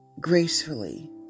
gracefully